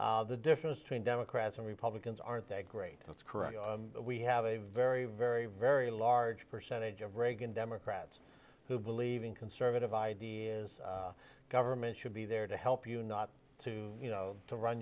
the difference between democrats and republicans aren't they great that's correct we have a very very very large percentage of reagan democrats who believe in conservative ideas government should be there to help you not to you know to run